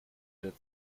der